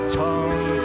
tongue